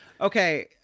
Okay